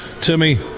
Timmy